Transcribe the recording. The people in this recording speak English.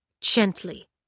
gently